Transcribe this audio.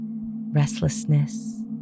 restlessness